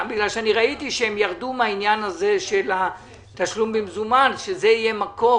אני ראיתי שהם ירדו מהעניין הזה של התשלום במזומן שזה יהיה מקור